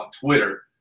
Twitter